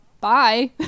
bye